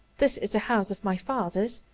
this is the house of my fathers,